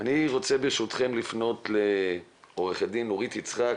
אני רוצה ברשותכם לפנות לעו"ד נורית יצחק,